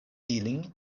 ilin